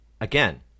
again